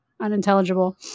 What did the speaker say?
unintelligible